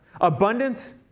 abundance